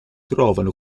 trovavano